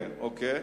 בסדר.